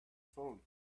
phone